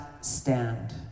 stand